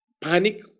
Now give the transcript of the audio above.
panic